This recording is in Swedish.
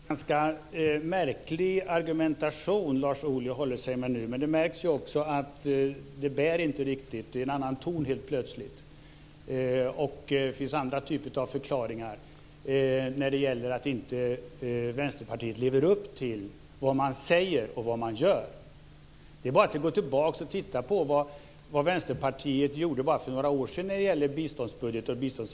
Fru talman! Det är en ganska märklig argumentation Lars Ohly håller sig med nu. Det märks också att det inte riktigt bär. Det är en annan ton helt plötsligt. Det finns andra typer av förklaringar när det gäller att Vänsterpartiet inte lever upp till vad man säger i det man gör. Det är bara att gå tillbaka och titta på vad Vänsterpartiet gjorde för bara några år sedan när det gäller biståndsbudgeten.